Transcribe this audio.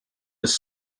his